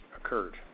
occurred